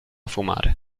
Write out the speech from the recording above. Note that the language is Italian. fumare